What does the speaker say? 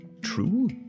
true